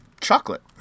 Chocolate